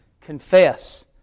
Confess